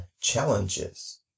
challenges